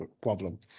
problem